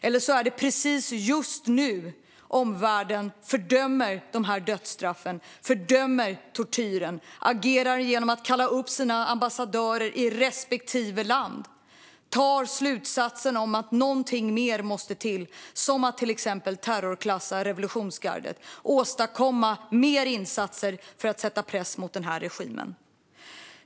Eller så är det precis just nu omvärlden fördömer dödsstraffen och tortyren och agerar genom att i respektive land kalla upp sina ambassadörer och drar slutsatsen att något mer måste till, exempelvis att terrorklassa revolutionsgardet och göra fler insatser för att sätta press på regimen.